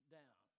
down